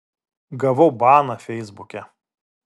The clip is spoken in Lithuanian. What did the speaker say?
gavau baną feisbuke